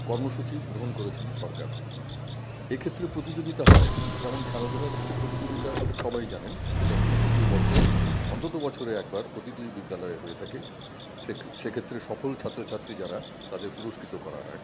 কর্মসূচি গ্রহণ করেছেন সরকার এক্ষেত্রে প্রতিযোগিতা হয় যেমন খেলাধুলার ক্ষেত্রে প্রতিযোগিতা সবাই জানেন সেটা প্রতি বছর অন্তত বছরে একবার প্রতিটি বিদ্যালয়ে হয়ে থাকে সেক্ষেত্রে সফল ছাত্রছাত্রী যারা তাদের পুরস্কৃত করা হয়